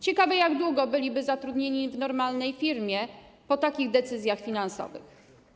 Ciekawe, jak długo byliby zatrudnieni w normalnej firmie po takich decyzjach finansowych.